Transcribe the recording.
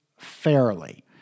Fairly